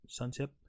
sunship